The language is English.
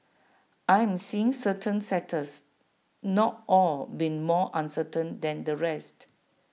I am seeing certain sectors not all being more uncertain than the rest